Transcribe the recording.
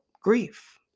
grief